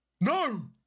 No